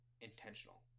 intentional